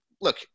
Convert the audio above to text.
look